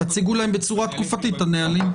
תציגו להם בצורה תקופתית את הנהלים.